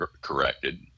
corrected